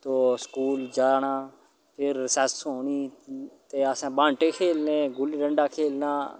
तो school जाना फिर recess होनी ते असें बांटे खेलने गुल्ली डंडा खेलना